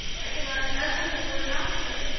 i cannot ever live without her.